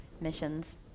Missions